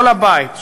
כל הבית,